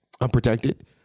unprotected